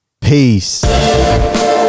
peace